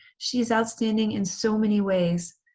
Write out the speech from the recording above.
she is outstanding in so many ways,